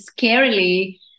scarily